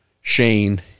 Shane